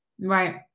Right